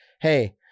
hey